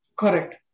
Correct